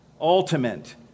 ultimate